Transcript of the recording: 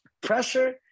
pressure